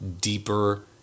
deeper